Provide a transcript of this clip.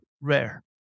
rare